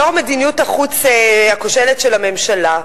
לנוכח מדיניות החוץ הכושלת של הממשלה,